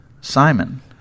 Simon